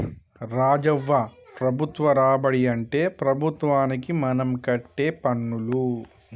రాజవ్వ ప్రభుత్వ రాబడి అంటే ప్రభుత్వానికి మనం కట్టే పన్నులు